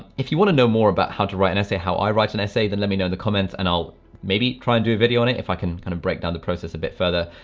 if you want to know more about how to write an essay, how i write an essay, then let me know in the comments and i'll maybe try and do a video on it if i can kind of break down the process a bit further.